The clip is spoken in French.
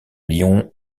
lyon